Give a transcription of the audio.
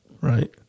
Right